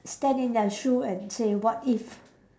stand in their shoe and say what if